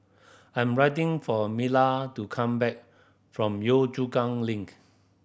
I'm writing for Mila to come back from Yio Chu Kang Link